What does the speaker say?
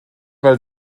weil